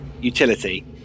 utility